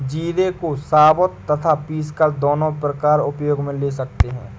जीरे को साबुत तथा पीसकर दोनों प्रकार उपयोग मे ले सकते हैं